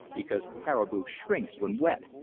because caribou shrinks when wet,